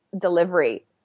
delivery